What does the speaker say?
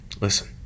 listen